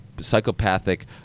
psychopathic